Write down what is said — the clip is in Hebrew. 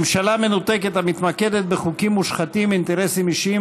ממשלה מנותקת המתמקדת בחוקים מושחתים ובאינטרסים אישיים